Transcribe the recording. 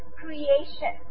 creation